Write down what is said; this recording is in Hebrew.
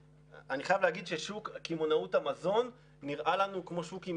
אני חייב לומר ששוק קמעונאות המזון נראה לנו כמו שוק עם